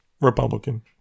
Republican